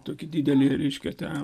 tokį didelį reiškia tą